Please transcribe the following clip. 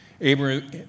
Abraham